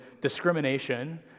discrimination